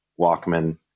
Walkman